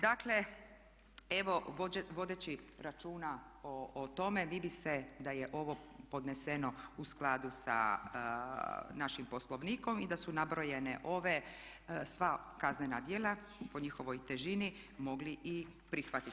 Dakle, evo vodeći računa o tome vidi se da je ovo podneseno u skladu sa našim Poslovnikom i da su nabrojene ove, sva kaznena djela po njihovoj težini mogli i prihvatiti.